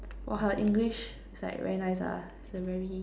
!wah! her English is like very nice lah it's a very